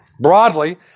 Broadly